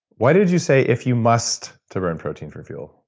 why did you say, if you must to burn protein for fuel?